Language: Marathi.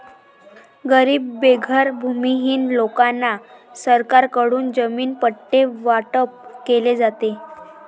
गरीब बेघर भूमिहीन लोकांना सरकारकडून जमीन पट्टे वाटप केले जाते